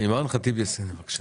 אימאן ח'טיב יאסין, בבקשה.